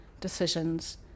decisions